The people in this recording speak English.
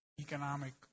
economic